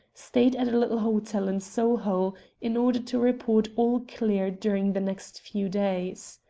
stayed at a little hotel in soho in order to report all clear during the next few days.